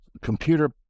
Computer